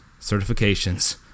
certifications